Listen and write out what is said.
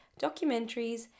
documentaries